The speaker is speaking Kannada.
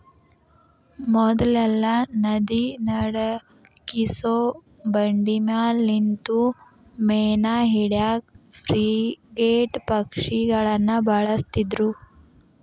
ಮೊದ್ಲೆಲ್ಲಾ ನದಿ ನಡಕ್ಕಿರೋ ಬಂಡಿಮ್ಯಾಲೆ ನಿಂತು ಮೇನಾ ಹಿಡ್ಯಾಕ ಫ್ರಿಗೇಟ್ ಪಕ್ಷಿಗಳನ್ನ ಬಳಸ್ತಿದ್ರು